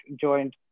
joined